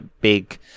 big